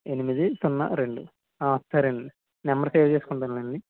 ఎనిమిది సున్నా రెండు సరే నండి నంబర్ సేవ్ చేసుకుంటానులెండి